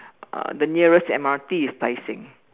uh the nearest M_R_T is Tai Seng